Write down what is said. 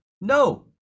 No